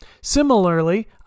Similarly